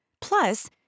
Plus